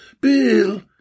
Bill